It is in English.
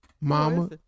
Mama